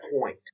point